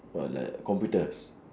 what like computers